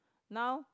now